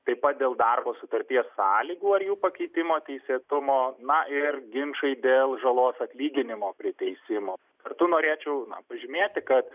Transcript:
taip pat dėl darbo sutarties sąlygų ar jų pakeitimo teisėtumo na ir ginčai dėl žalos atlyginimo priteisimo kartu norėčiau pažymėti kad